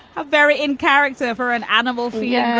very in character for an animal yeah